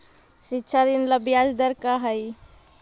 शिक्षा ऋण ला ब्याज दर का हई?